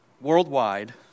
worldwide